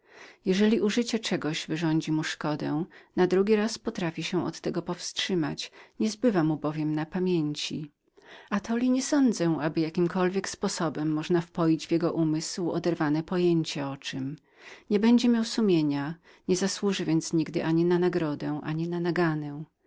jeżeli użycie czego wyrządzi mu szkodę a nie zbywa mu na pamięci na drugi raz potrafi się powstrzymać atoli nie przypuszczam aby jakimkolwiek oderwanym sposobem można wpoić w jego umysł oderwane pojęcie o złem nie będzie miał sumienia świadomości nie zasłuży więc nigdy ani na nagrodę ani na karę